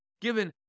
given